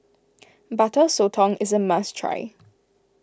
Butter Sotong is a must try